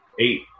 Eight